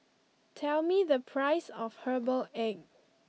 tell me the price of Herbal Egg